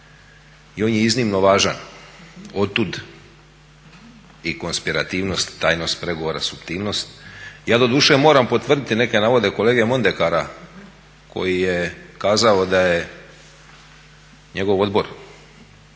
i on je iznimno važan. Otud i konspirativnost, tajnost pregovora, suptilnost. Ja doduše moram potvrditi neke navode kolege Mondekara koji je kazao da je njegov odbor